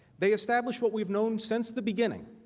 they establish what we have known since the beginning,